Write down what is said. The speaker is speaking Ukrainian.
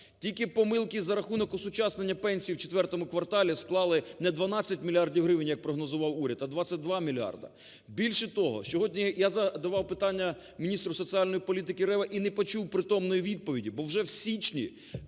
Тільки помилки за рахунок осучаснення пенсій в ІV кварталі склали не 12 мільярдів гривень, як прогнозував уряд, а 22 мільярди. Більше того, сьогодні я задавав питання міністру соціальної політики Реві і не почув притомної відповіді. Бо вже в січні